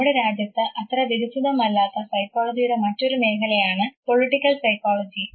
നമ്മുടെ രാജ്യത്ത് അത്ര വികസിതമല്ലാത്ത സൈക്കോളജിയുടെ മറ്റൊരു മേഖലയാണ് പൊളിറ്റിക്കൽ സൈക്കോളജി